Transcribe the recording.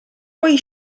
poi